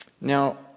Now